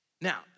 Now